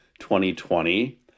2020